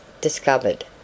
discovered